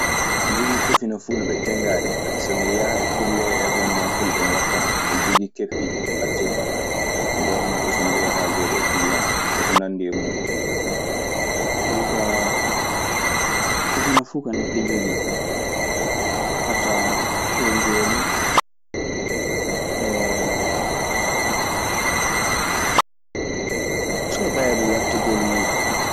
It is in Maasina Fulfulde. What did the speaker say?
Mi ɗe jogii kufina fulɓe tenngaade so mi ɗe yaha e kulle eweneman Fulɓe mi wattan ɗum. Miɗe jogii keppi atte bakkah, mi ɓornoto ɗum so miɗe yaha haldoyde e kili'an em eko nanndi e muuɗum. Jonkaa kufune fu ka neɗɗo jogii a tawan won ko woni sabaabu wattugol muuɗun.